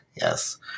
yes